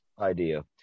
idea